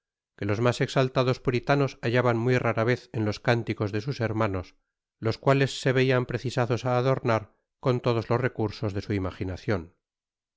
que los mas exaltados puritanos hallaban muy rara vez en los cánticos de sus hermanos los cuales se veian precisados á adornar con todos los recursos de su imaginacion